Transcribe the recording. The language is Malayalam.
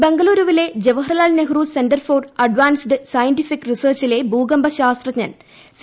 ബെംഗളൂരു വിലെ Jawaharlal Nehru centre for advanced scientific റിസർച്ചിലെ ഭൂകമ്പ ശാസ്തജ്ഞൻ സി